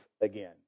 again